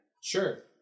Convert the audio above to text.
Sure